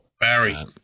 Barry